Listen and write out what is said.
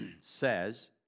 says